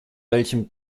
welchem